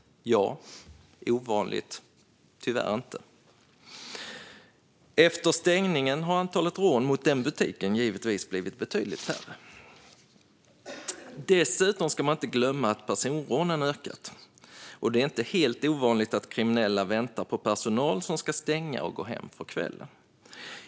Ja. Är det ovanligt? Tyvärr inte. Efter stängningen har antalet rån mot den butiken givetvis blivit betydligt mindre. Dessutom ska man inte glömma att personrånen ökat. Det är inte helt ovanligt att kriminella väntar på personal som ska stänga och gå hem för kvällen.